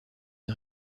une